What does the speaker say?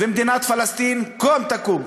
ומדינת פלסטין קום תקום.